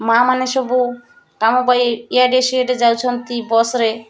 ମା' ମାନେ ସବୁ କାମ ପାଇଁ ଇଆଡ଼େ ସିଆଡ଼େ ଯାଉଛନ୍ତି ବସ୍ରେ